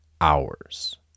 hours